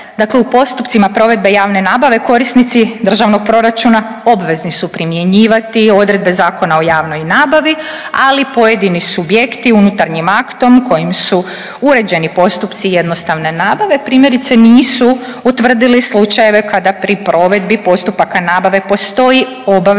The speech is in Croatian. Dakle u postupcima provedbe javne nabave korisnici državnog proračuna obvezni su primjenjivati odredbe Zakona o javnoj nabavi, ali pojedini subjekti unutarnjim aktom kojim su uređeni postupci jednostavne nabave primjerice nisu utvrdili slučajeve kada pri provedbi postupaka nabave postoji obaveza